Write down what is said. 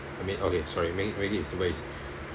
I mean okay sorry make it make it simple is